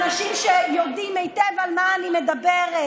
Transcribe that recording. אנשים שיודעים היטב על מה אני מדברת.